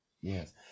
Yes